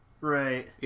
Right